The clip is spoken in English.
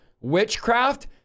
witchcraft